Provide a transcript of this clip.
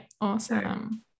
Awesome